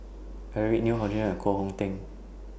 Eric Neo Hor Chim and Koh Hong Teng